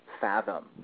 fathom